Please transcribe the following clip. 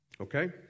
Okay